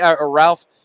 Ralph